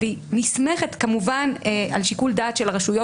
והיא נסמכת כמובן על שיקול דעת של הרשויות,